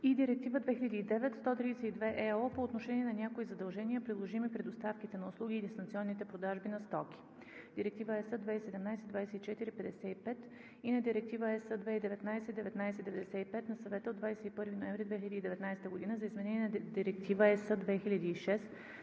и Директива 2009/132/ЕО по отношение на някои задължения, приложими при доставките на услуги и дистанционните продажби на стоки – Директива (ЕС) 2017/2455, и на Директива (ЕС) 2019/1995 на Съвета от 21 ноември 2019 година за изменение на Директива (ЕС)